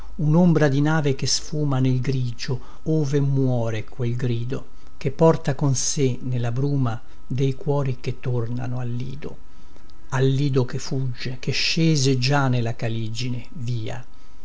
unombra di nave che sfuma nel grigio ove muore quel grido che porta con sé nella bruma dei cuori che tornano al lido al lido che fugge che scese già nella caligine via